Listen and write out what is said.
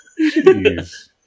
Jeez